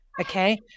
okay